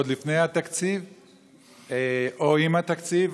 עוד לפני התקציב או עם התקציב,